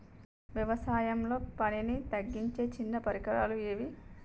వ్యవసాయంలో పనిని తగ్గించే చిన్న పరికరాలు ఏవి?